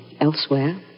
elsewhere